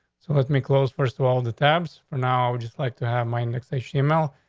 so let me close. first of all of the tabs for now, i would just like to have my neck station email.